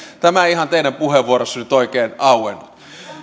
ei ihan teidän puheenvuorossanne nyt oikein auennut